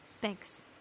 thanks